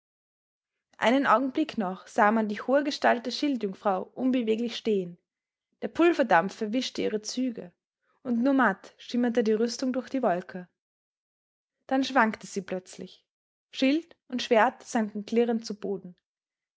einen augenblick noch sah man die hohe gestalt der schildjungfrau unbeweglich stehen der pulverdampf verwischte ihre züge und nur matt schimmerte die rüstung durch die wolke dann schwankte sie plötzlich schild und schwert sanken klirrend zu boden